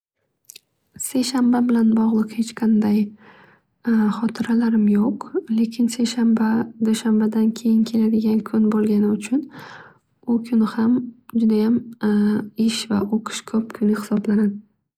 Seshanba bilan bog'liq hech qanday hotiralarim yo'q. Lekin seshanba dushanbadan keyin keladigan kun bo'lganligi uchun judayam ish va o'qish ko'p kun hisoblanadi.